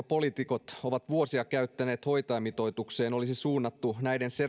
poliitikot ovat vuosia käyttäneet hoitajamitoitukseen olisi suunnattu näiden